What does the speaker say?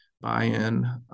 buy-in